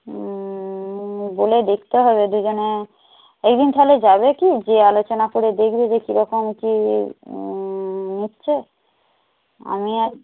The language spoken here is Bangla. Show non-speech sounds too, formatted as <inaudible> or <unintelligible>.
বলে দেখতে হবে দুজনে একদিন তাহলে যাবে কি গিয়ে আলোচনা করে দেখবে যে কীরকম কী নিচ্ছে আমি <unintelligible>